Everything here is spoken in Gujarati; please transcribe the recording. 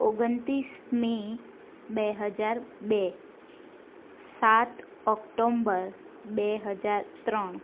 ઓગણત્રીસ મે બે હજાર બે સાત ઓક્ટોમ્બર બે હજાર ત્રણ